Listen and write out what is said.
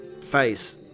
face